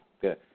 good